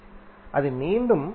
அது மீண்டும் மைனஸ்